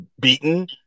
beaten